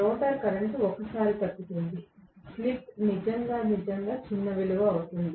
rotor current ఒకసారి తగ్గుతుంది slip నిజంగా నిజంగా చిన్న విలువ అవుతుంది